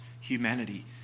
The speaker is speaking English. humanity